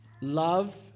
Love